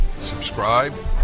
Subscribe